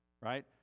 right